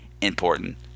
important